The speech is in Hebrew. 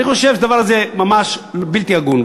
אני חושב שהדבר הזה בלתי הגון,